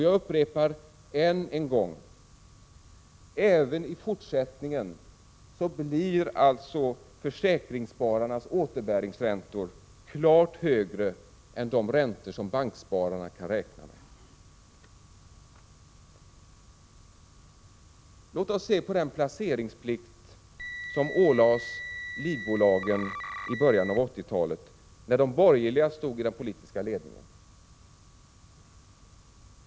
Jag upprepar: Även i fortsättningen blir alltså försäkringsspararnas återbäringsräntor klart högre än de räntor som bankspararna kan räkna med. Låt oss se på den placeringsplikt som ålades livbolagen i början av 1980-talet, när de borgerliga stod i den politiska ledningen.